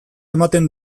ematen